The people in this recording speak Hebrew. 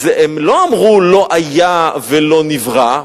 אז הם לא אמרו: לא היה ולא נברא,